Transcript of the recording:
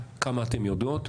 על כמה אתן יודעות,